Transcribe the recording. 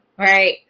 Right